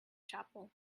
chapel